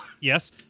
Yes